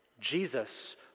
Jesus